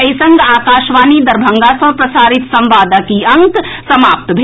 एहि संग आकाशवाणी दरभंगा सँ प्रसारित संवादक ई अंक समाप्त भेल